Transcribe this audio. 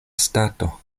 stato